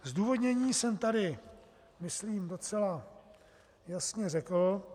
Zdůvodnění jsem tady myslím docela jasně řekl.